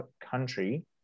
Country